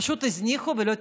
פשוט הזניחו ולא טיפלו.